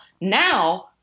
now